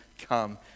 come